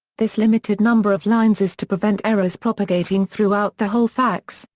this limited number of lines is to prevent errors propagating throughout the whole fax,